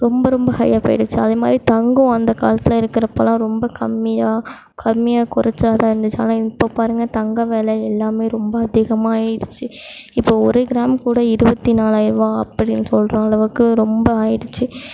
ரொம்ப ரொம்ப ஹையாக போயிடுத்து அதே மாதிரி தங்கம் அந்த காலத்தில் இருக்கிறப்போல்லாம் ரொம்ப கம்மியாக கம்மியாக கொறைச்சலாதான் இருந்துச்சு ஆனால் இப்போது பாருங்கள் தங்கம் வெலை எல்லாமே ரொம்ப அதிகமாக ஆகிடுச்சி இப்போது ஒரு கிராம் கூட இருபத்தி நாலாயிரரூவா அப்படின்னு சொல்கிற அளவுக்கு ரொம்ப ஆகிடுச்சி